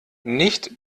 nicht